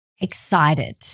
Excited